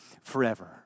forever